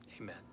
Amen